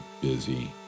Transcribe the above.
busy